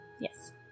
Yes